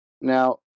Now